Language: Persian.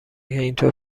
اینطور